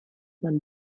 man